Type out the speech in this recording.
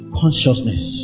consciousness